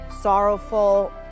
sorrowful